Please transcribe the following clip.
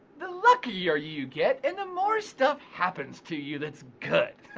the luckier you get, and the more stuff happens to you that's good.